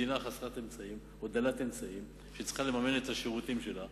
מדינה חסרת אמצעים או דלת אמצעים שצריכה לממן את השירותים שלה,